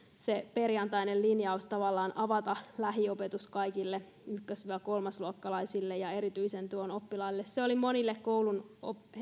se perjantainen linjaus tavallaan avata lähiopetus kaikille ykkös kolmasluokkalaisille ja erityisen tuen oppilaille oli monille koulun